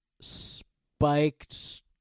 spiked